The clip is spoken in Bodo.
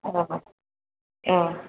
औ औ